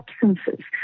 substances